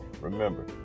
Remember